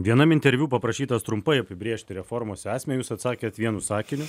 vienam interviu paprašytas trumpai apibrėžti reformos esmę jūs atsakėt vienu sakiniu